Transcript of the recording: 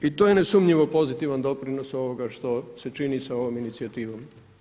I to je nesumnjivo pozitivan doprinos ovoga što se čini sa ovom inicijativom.